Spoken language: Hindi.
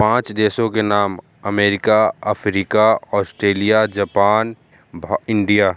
पाँच देशों के नाम अमेरिका अफ़्रीका ऑस्ट्रेलिया जापान भ इंडिया